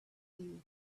you